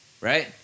Right